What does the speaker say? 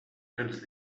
ens